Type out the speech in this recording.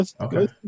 Okay